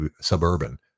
suburban